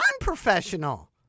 unprofessional